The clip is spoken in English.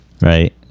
Right